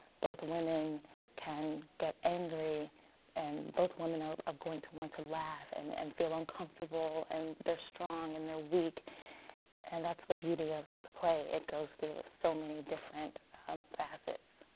both women can get angry and both women are going to want to laugh and and feel uncomfortable and they're strong and they're weak and that's the beauty of the play, it goes through so many different um facets.